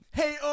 hey